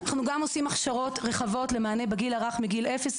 אנחנו גם עושים הכשרות רחבות למענה בגיל הרך מגיל אפס,